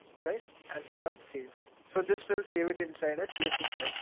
right? and hit on save. so this will save it inside a csv file.